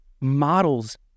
models